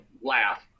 laugh